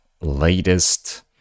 latest